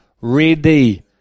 ready